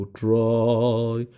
try